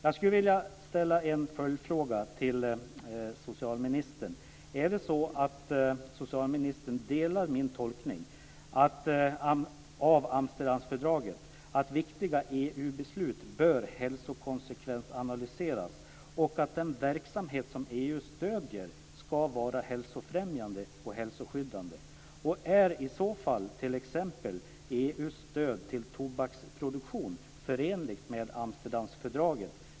Jag skulle vilja ställa en följdfråga till socialministern. Delar socialministern min tolkning av Amsterdamfördraget att viktiga EU-beslut bör hälsokonsekvensanalyseras, och att den verksamhet som EU stöder skall vara hälsofrämjande och hälsoskyddande? Är i så fall t.ex. EU:s stöd till tobaksproduktion förenligt med Amsterdamfördraget?